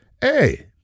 Hey